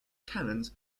canons